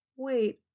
Wait